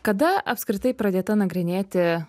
kada apskritai pradėta nagrinėti